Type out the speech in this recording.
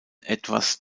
etwas